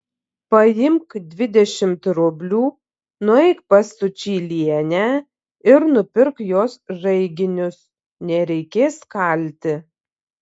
paimk dvidešimt rublių nueik pas sučylienę ir nupirk jos žaiginius nereikės kalti